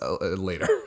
later